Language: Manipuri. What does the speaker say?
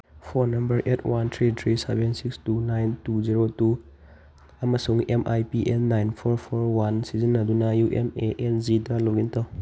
phone number eight one three three seven six two nine two zero two ꯑꯃꯁꯨꯡ M I P N nine four four one ꯁꯤꯖꯤꯟꯅꯗꯨꯅ ꯌꯨ ꯑꯦꯝ ꯑꯦ ꯑꯦꯟ ꯖꯤꯗ ꯂꯣꯛ ꯏꯟ ꯇꯧ